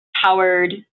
powered